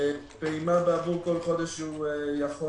פעימה עבור כל חודש שהוא יכול